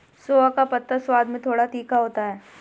सोआ का पत्ता स्वाद में थोड़ा तीखा होता है